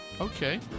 Okay